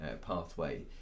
pathway